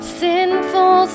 sinful